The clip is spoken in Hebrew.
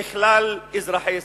ככלל אזרחי ישראל.